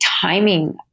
timing